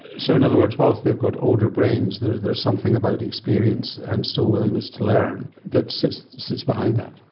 so in other words, whilst they've got older brains, there's there's something about experience and still willingness to learn that sits sits behind that.